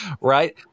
Right